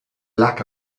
lack